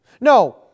No